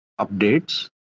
updates